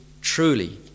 truly